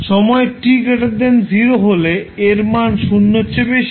সময় t0 হলে এর মান 0 এর চেয়ে বেশি হয়